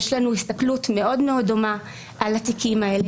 יש לנו הסתכלות מאוד דומה על התיקים האלה,